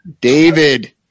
David